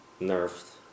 nerfed